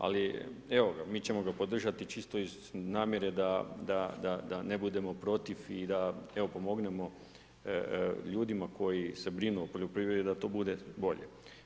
Ali evo ga, mi ćemo ga podržati čisto iz namjere da ne budemo protiv i da pomognemo ljudima koji se brinu o poljoprivredi, da to bude bolje.